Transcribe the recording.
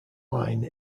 line